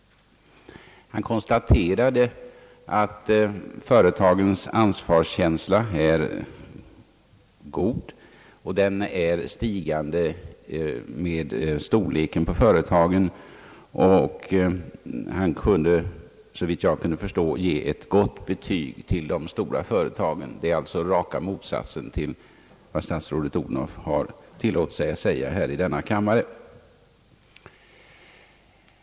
Han konstaterade att företagens ansvarskänsla är god och att den är stigande med storleken på företagen. Han kunde, såvitt jag förstod, ge ett gott betyg till de stora företagen. Det är alltså raka motsatsen till vad statsrådet Odhnoff har tillåtit sig att säga i denna kammare.